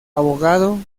abogado